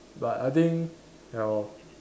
but I think ya lor